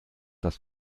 das